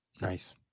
Nice